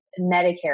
Medicare